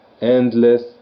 endless